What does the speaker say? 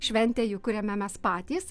šventę juk kuriame mes patys